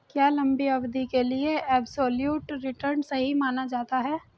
क्या लंबी अवधि के लिए एबसोल्यूट रिटर्न सही माना जाता है?